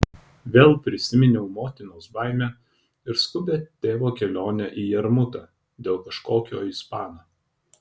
vėl prisiminiau motinos baimę ir skubią tėvo kelionę į jarmutą dėl kažkokio ispano